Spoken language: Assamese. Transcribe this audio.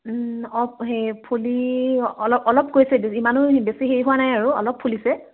অঁ সেই ফুলি অলপ অলপ কৈছে ইমানো বেছি হেৰি হোৱা নাই আৰু অলপ ফুলিছে